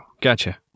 gotcha